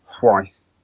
twice